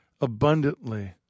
abundantly